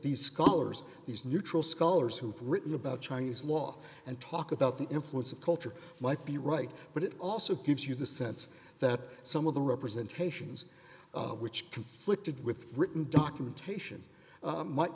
these scholars these neutral scholars who have written about chinese law and talk about the influence of culture might be right but it also gives you the sense that some of the representation which conflicted with written documentation might